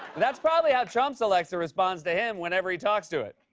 that's probably how trump's alexa responds to him whenever he talks to it.